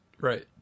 Right